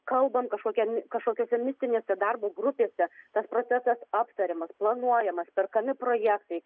kalbam kažkokiam kažkokiose mistinėse darbo grupėse tas procesas aptariamas planuojamas perkami projektai